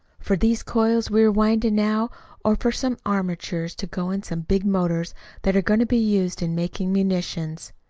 for these coils we are winding now are for some armatures to go in some big motors that are going to be used in making munitions.